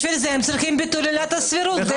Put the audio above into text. בשביל זה הם צריכים ביטול עילת הסבירות.